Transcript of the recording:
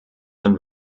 nun